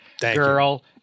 girl